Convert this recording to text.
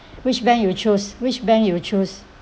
which bank you chose which bank you choose